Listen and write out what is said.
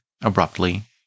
abruptly